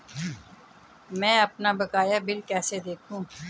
मैं अपना बकाया बिल कैसे देखूं?